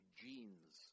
genes